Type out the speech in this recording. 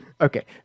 Okay